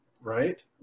right